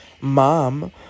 mom